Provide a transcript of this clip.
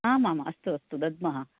आम् आम् अस्तु अस्तु दद्मः